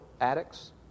addicts